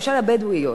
למשל הבדואיות.